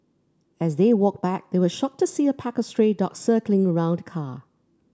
as they walked back they were shocked to see a pack of stray dogs circling around the car